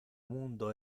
mundo